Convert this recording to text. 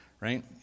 right